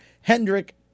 Hendrick